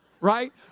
right